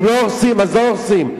אם לא הורסים, אז לא הורסים.